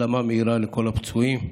והחלמה מהירה לכל הפצועים,